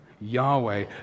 Yahweh